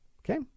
Okay